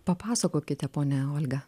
papasakokite ponia olga